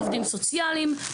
עובדים סוציאליים,